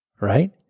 right